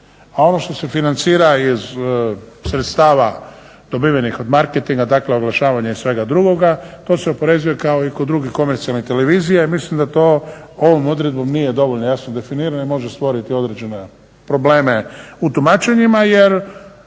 a ono što se financira iz sredstava dobivenih od marketinga, dakle oglašavanja i svega drugoga to se oporezuje kao i kod drugih komercijalnih televizija i mislim da to ovom odredbom nije dovoljno jasno definirano i može stvoriti određene probleme u tumačenjima. Jer